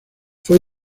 fue